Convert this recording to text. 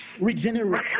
regenerate